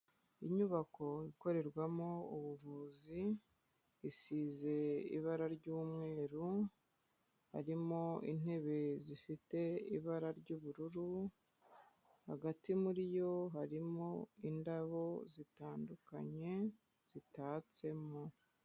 Inyubako ikorerwamo ubuvuzi, isize ibara ry'umweru, harimo intebe zifite ibara ry'ubururu, hagati muri yo harimo indabo zitandukanye zitatsemo.